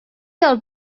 del